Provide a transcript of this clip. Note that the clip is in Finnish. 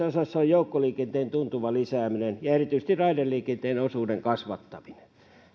osassa on joukkoliikenteen tuntuva lisääminen ja erityisesti raideliikenteen osuuden kasvattaminen